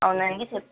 అవునండి చెప్